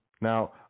Now